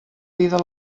vida